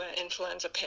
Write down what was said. influenza